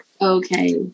Okay